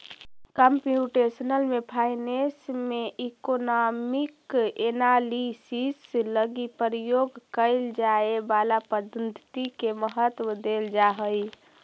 computational finance में economic analysis लगी प्रयोग कैल जाए वाला पद्धति के महत्व देल जा हई